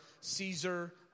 Caesar